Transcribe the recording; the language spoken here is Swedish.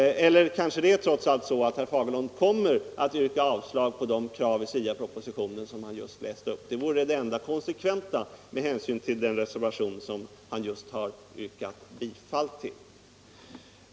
Eller är det kanske trots allt så, att herr Fagerlund kommer att yrka avslag på de krav i SIA-propositionen som han här läste upp, återgivna i utskottsbetänkandet? Det vore i så fall det enda konsekventa med hänsyn till den reservation som herr Fagerlund här yrkade bifall till.